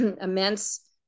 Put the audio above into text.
immense